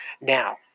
Now